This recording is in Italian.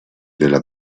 della